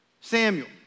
Samuel